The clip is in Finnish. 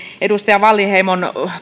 edustaja wallinheimon